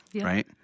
Right